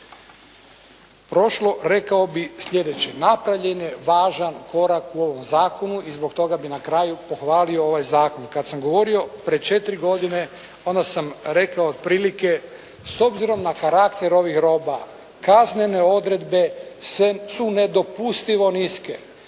prošlo, rekao bih sljedeće. Napravljen je važan korak u ovom zakonu i zbog toga bih na kraju pohvalio ovaj zakon. Kada sam govorio prije 4 godine, onda sam rekao otprilike, s obzirom na karakter ovih roba, kaznene odredbe su nedopustivo niske.